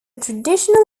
traditional